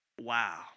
wow